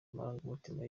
amarangamutima